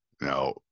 Now